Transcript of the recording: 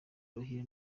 ruhire